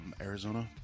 Arizona